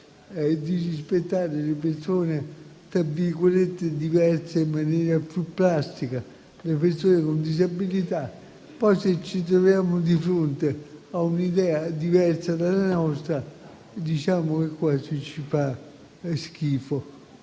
esemplare) le persone "diverse" in maniera più plastica (le persone con disabilità). Poi, se ci troviamo di fronte a un'idea diversa dalla nostra, diciamo che quasi ci fa schifo.